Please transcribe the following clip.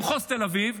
במחוז תל אביב,